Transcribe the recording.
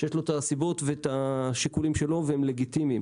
שיש לו את הסיבות והשיקולים שלו והם לגיטימיים.